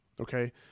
okay